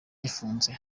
gifunze